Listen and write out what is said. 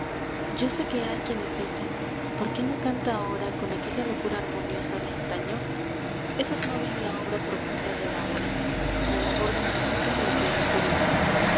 yo sé que hay quienes dicen por qué no canta ahora con aquella locura armoniosa de antaño esos no ven la obra profunda de la hora la labor del minuto y el prodigio del año